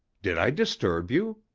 did i disturb you?